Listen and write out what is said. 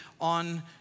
on